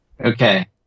Okay